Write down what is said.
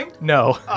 No